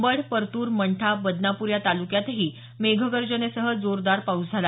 अंबड परतूर मंठा बदनापूर या तालुक्यातही मेघगर्जनेसह जोरदार पाऊस झाला